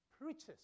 preaches